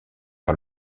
par